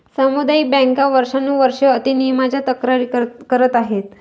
सामुदायिक बँका वर्षानुवर्षे अति नियमनाच्या तक्रारी करत आहेत